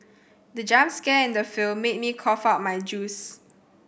the jump scare in the film made me cough out my juice